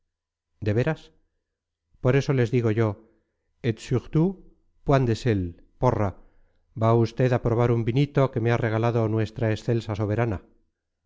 de veras por eso les digo yo et sur tout point de zéle porra va usted a probar un vinito que me ha regalado nuestra excelsa soberana